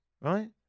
right